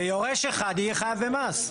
ויורש אחד יהיה חייב במס.